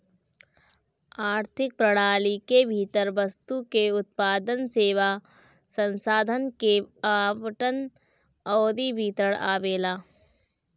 आर्थिक प्रणाली के भीतर वस्तु के उत्पादन, सेवा, संसाधन के आवंटन अउरी वितरण आवेला